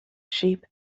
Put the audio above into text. sheep